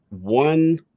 one